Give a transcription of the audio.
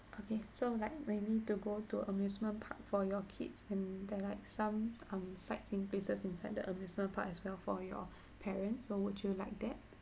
okay so like maybe to go to amusement park for your kids and there are like some um sightseeing places inside the amusement park as well for your parents so would you like that